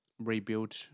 rebuild